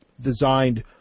designed